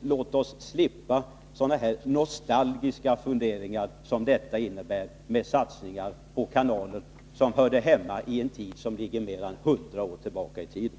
Låt oss slippa sådana nostalgiska funderingar som dessa — om satsningar på en kanal som hör hemma mer än 100 år tillbaka i tiden.